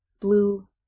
blue